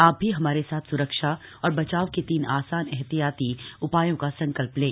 आ भी हमारे साथ स्रक्षा और बचाव के तीन आसान एहतियाती उथायों का संकल लें